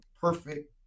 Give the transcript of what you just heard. perfect